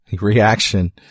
reaction